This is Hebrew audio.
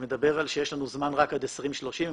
שמדבר על כך שיש לנו זמן רק עד 2030. הם